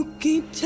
keep